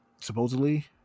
Supposedly